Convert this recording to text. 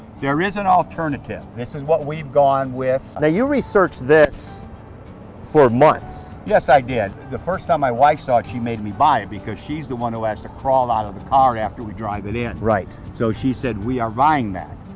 there is an alternative. this is what we've gone with. now you researched this for months. yes, i did. the first time my wife saw it she made me buy it because she's the one who has to crawl out of the car after we drive it in. right. so she said we are buying that.